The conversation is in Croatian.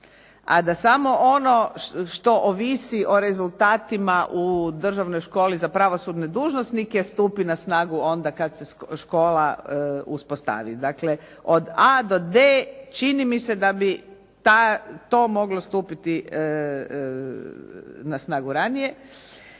a da samo ono što ovisi o rezultatima u Državnoj školi za pravosudne dužnosnike stupi na snagu onda kad se škola uspostavi. Dakle, od a do d. Čini mi se da bi to moglo stupiti na snagu ranije.